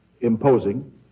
imposing